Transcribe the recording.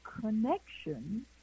connection